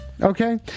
okay